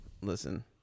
listen